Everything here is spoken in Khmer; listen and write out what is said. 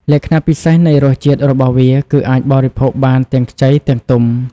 លក្ខណៈពិសេសនៃរសជាតិ របស់វា គឺអាចបរិភោគបានទាំងខ្ចី ទាំងទុំ។